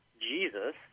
Jesus—